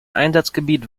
einsatzgebiet